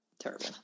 Terrible